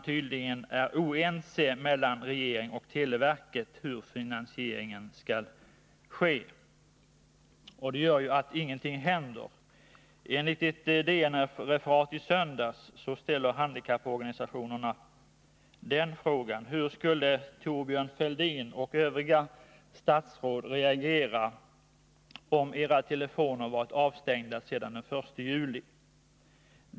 Tydligen är regeringen och televerket oense om hur finansieringen skall ske. Det gör att ingenting händer. Enligt ett DN-referat i söndags ställer handikapporganisationerna frågan: Hur skulle Thorbjörn Fälldin och övriga statsråd reagera om era telefoner varit avstängda sedan den 1 juli?